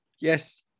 Yes